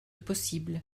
possible